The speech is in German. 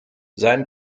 sein